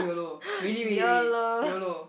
yolo